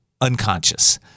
unconscious